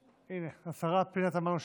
הינה, השרה פנינה תמנו שטה.